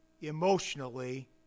emotionally